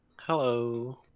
Hello